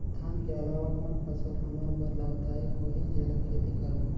धान के अलावा कौन फसल हमर बर लाभदायक होही जेला खेती करबो?